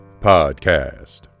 Podcast